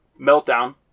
meltdown